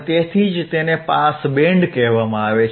તેથી જ તેને પાસ બેન્ડ કહેવામાં આવે છે